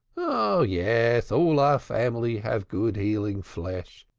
oh, yes, all our family have good healing flesh.